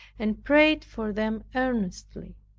and prayed for them earnestly.